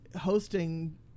hosting